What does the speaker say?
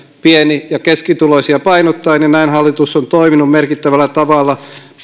pieni ja keskituloisia painottaen ja näin hallitus on toiminut merkittävällä tavalla